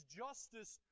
justice